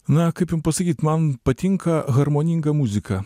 na kaip jum pasakyt man patinka harmoninga muzika